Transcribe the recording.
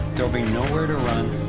there will be nowhere to run,